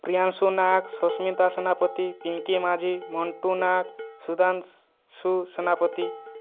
Priyanshu Nag Sasmita Senapati Pinki Majhi Mantu Nag Sudhanshu Senapati